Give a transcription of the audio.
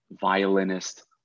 violinist